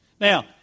Now